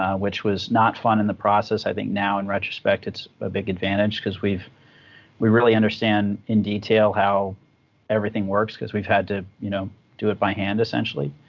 ah which was not fun in the process. i think now, in retrospect, it's a big advantage because we really understand in detail how everything works because we've had to you know do it by hand, essentially.